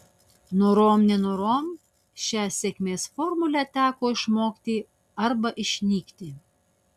norom nenorom šią sėkmės formulę teko išmokti arba išnykti